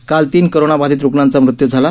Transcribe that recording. काल तीन कोरोना बाधित रुग्णांचा मृत्यू झाला